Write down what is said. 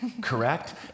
correct